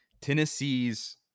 Tennessee's